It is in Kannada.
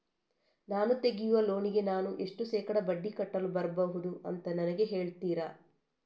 ನಾನು ತೆಗಿಯುವ ಲೋನಿಗೆ ನಾನು ಎಷ್ಟು ಶೇಕಡಾ ಬಡ್ಡಿ ಕಟ್ಟಲು ಬರ್ಬಹುದು ಅಂತ ನನಗೆ ಹೇಳ್ತೀರಾ?